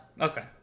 Okay